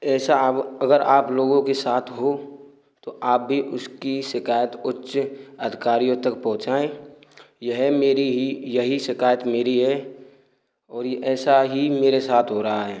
ऐसा अब अगर आप लोगों के साथ हो तो आप भी उसकी शिकायत उच्च अधिकारियों तक पहुँचाए यह मेरी ही यही शिकायत मेरी है और ये ऐसा ही मेरे साथ हो रहा है